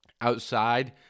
Outside